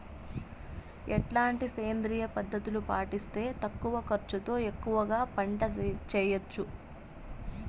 ఎట్లాంటి సేంద్రియ పద్ధతులు పాటిస్తే తక్కువ ఖర్చు తో ఎక్కువగా పంట చేయొచ్చు?